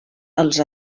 als